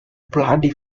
bloody